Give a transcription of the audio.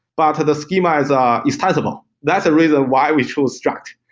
but the schema is um is tangible. that's reason why we choose strat.